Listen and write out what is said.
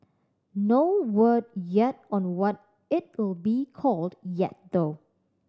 no word yet on what it'll be called yet though